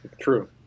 True